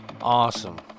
awesome